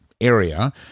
area